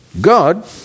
God